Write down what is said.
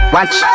Watch